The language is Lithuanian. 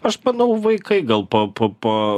aš manau vaikai gal pa pa pa